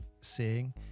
seeing